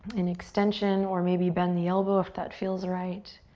in extension or maybe bend the elbow if that feels right.